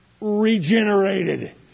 regenerated